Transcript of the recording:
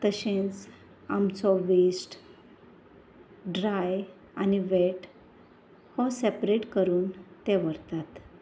तशेंच आमचो waste dry आनी वेट हो सॅपरेट करून ते व्हरतात